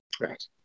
Right